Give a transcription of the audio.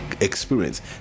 experience